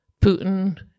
Putin